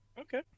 okay